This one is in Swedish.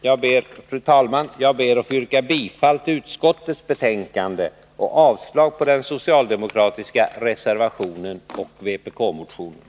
Jag ber att få yrka bifall till utskottets hemställan och avslag på den socialdemokratiska reservationen och på vpk-motionen.